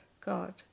God